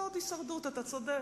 זאת הישרדות, אתה צודק.